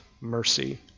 mercy